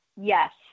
Yes